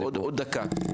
עוד דקה,